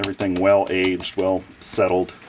everything well aged well settled